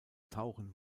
tauchen